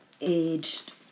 aged